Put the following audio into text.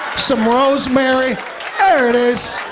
some rosemary. there it is.